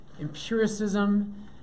empiricism